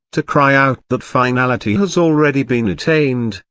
to cry out that finality has already been attained,